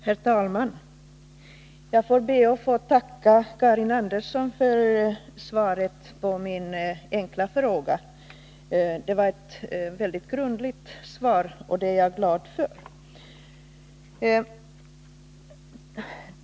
Herr talman! Jag ber att få tacka Karin Andersson för svaret på min fråga. Det var ett mycket grundligt svar, och det är jag glad för.